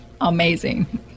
amazing